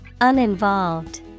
Uninvolved